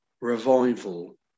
revival